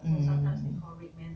mm